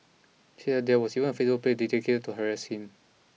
he said that there was even a Facebook page dedicated to harass him